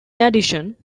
addition